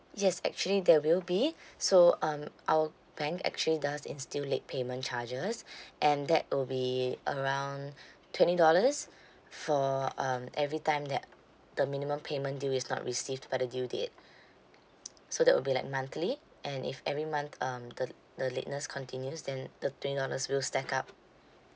yes actually there will be so um our bank actually does instill late payment charges and that will be around twenty dollars for um every time that the minimum payment due is not received by the due date so that will be like monthly and if every month um the the lateness continues then the twenty dollars will stack up